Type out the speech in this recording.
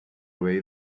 way